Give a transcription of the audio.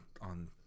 on